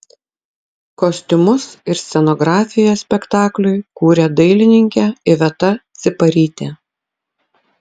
kostiumus ir scenografiją spektakliui kūrė dailininkė iveta ciparytė